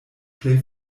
plej